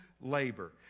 labor